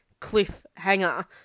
cliffhanger